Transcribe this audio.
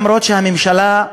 אף שהממשלה,